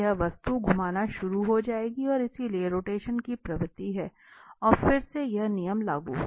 तो यह वस्तु घूमना शुरू हो जाएगी और इसलिए रोटेशन की प्रवृत्ति है और फिर से यह नियम लागू होगा